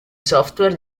software